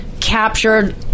Captured